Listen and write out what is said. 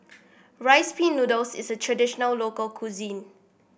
Rice Pin Noodles is a traditional local cuisine